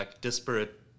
disparate